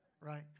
right